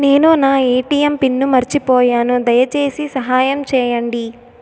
నేను నా ATM pin మర్చిపోయాను, దయచేసి సహాయం చేయండి